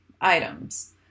items